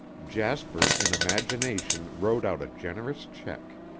jasper in imagination wrote out a generous check.